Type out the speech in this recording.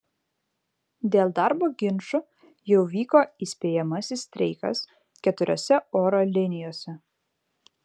dėl darbo ginčų jau vyko įspėjamasis streikas keturiose oro linijose